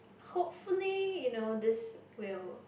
hopefully you know this will